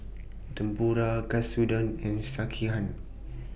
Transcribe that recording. Tempura Katsudon and Sekihan